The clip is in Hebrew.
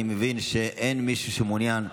אני מבין שאין מישהו שמעוניין לדבר.